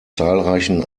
zahlreichen